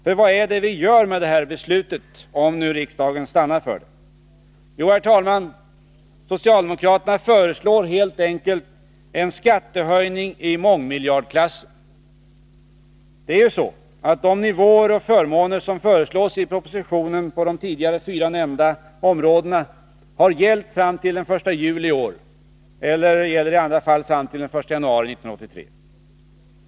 För vad är det vi gör om riksdagen stannar för det här beslutet? Jo, herr talman, socialdemokraternas förslag innebär helt enkelt en skattehöjning i mångmiljardklassen. De nivåer och förmåner som föreslås i propositionen på de tidigare fyra nämnda områdena har gällt fram till den 1 juli i år eller gäller i andra fall fram till den 1 januari 1983.